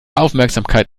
aufmerksamkeit